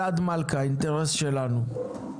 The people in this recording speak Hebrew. אלעד מלכא, 'האינטרס שלנו'.